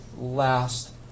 last